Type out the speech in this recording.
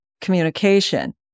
communication